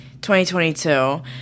2022